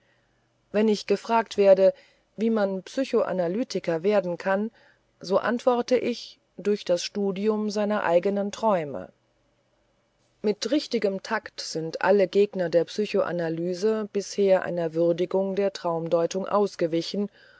wenn ich gefragt werde wie man psychoanalytiker werden kann so antworte ich durch das studium seiner eigenen träume mit richtigem takt sind alle gegner der psychoanalyse bisher einer würdigung der traumdeutung ausgewichen